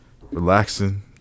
relaxing